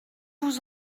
vous